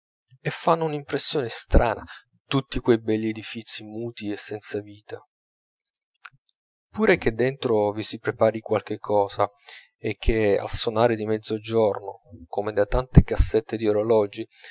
e fanno una impressione strana tutti quei belli edifizi muti e senza vita pure che dentro vi si prepari qualche cosa e che al sonare di mezzogiorno come da tante cassette di orologi